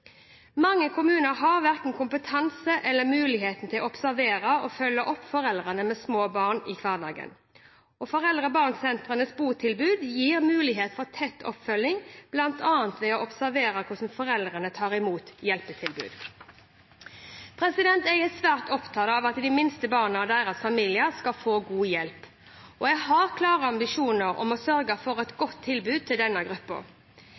i hverdagen. Foreldre og barn-sentrenes botilbud gir mulighet for tett oppfølging, bl.a. ved å observere hvordan foreldrene tar imot hjelpetilbudet. Jeg er svært opptatt av at de minste barna og deres familier skal få god hjelp, og jeg har klare ambisjoner om å sørge for et godt tilbud til denne